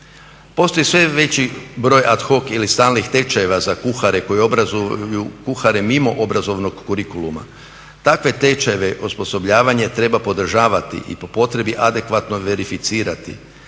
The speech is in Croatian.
Postoji sve veći broj ad hoc ili stalnih tečajeva za kuhare koji obrazuju kuhare mimo obrazovnog kurikuluma, takve tečajeve osposobljavanja treba podražavati i po potrebi adekvatno verificirati